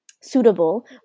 suitable